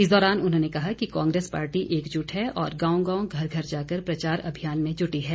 इस दौरान उन्होंने कहा कि कांग्रेस पार्टी एकजुट है और गांव गांव घर घर जाकर प्रचार अभियान में जुटी है